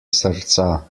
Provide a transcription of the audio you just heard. srca